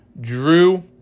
Drew